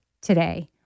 today